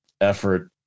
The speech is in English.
effort